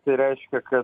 tai reiškia kad